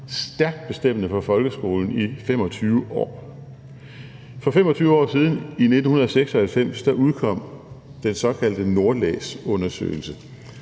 stærkt bestemmende for folkeskolen i 25 år. For 25 år siden, i 1996, udkom den såkaldte »Nordlæs«-undersøgelse,